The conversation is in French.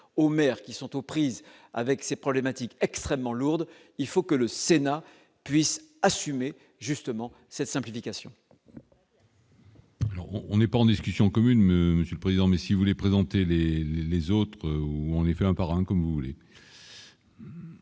qui sont aux prises avec ces problématiques extrêmement lourde, il faut que le Sénat puisse assumer justement cette simplification. Non, on n'est pas en discussion commune Monsieur le Président, mais si vous voulez présenter les les autres où on lui fait un par un, comme vous voulez.